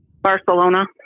Barcelona